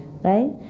right